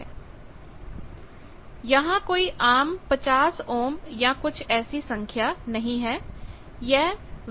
ZLZL ×Z0 यहां कोई आम 50 ओम या कुछ ऐसी संख्या नहीं है